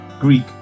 Greek